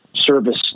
service